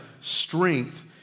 strength